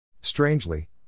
Strangely